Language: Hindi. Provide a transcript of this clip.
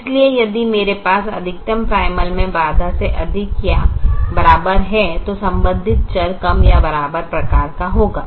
इसलिए यदि मेरे पास अधिकतम प्राइमल में बाधा से अधिक या बराबर है तो संबंधित चर कम या बराबर प्रकार का होगा